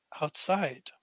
outside